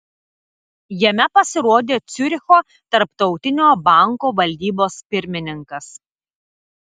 jame pasirodė ciuricho tarptautinio banko valdybos pirmininkas